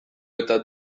eta